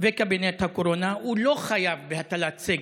וקבינט הקורונה הוא לא חייב בהטלת סגר.